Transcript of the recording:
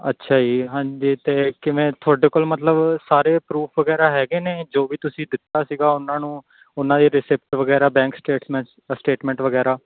ਅੱਛਾ ਜੀ ਹਾਂਜੀ ਅਤੇ ਕਿਵੇਂ ਤੁਹਾਡੇ ਕੋਲ ਮਤਲਬ ਸਾਰੇ ਪਰੂਫ਼ ਵਗੈਰਾ ਹੈਗੇ ਨੇ ਜੋ ਵੀ ਤੁਸੀਂ ਦਿੱਤਾ ਸੀਗਾ ਉਹਨਾਂ ਨੂੰ ਉਹਨਾਂ ਦੀ ਰਿਸਿਪਟ ਵਗੈਰਾ ਬੈਂਕ ਸਟੇਟਸਮੈਂਟ ਸਟੇਟਮੈਂਟ ਵਗੈਰਾ